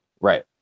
Right